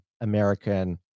American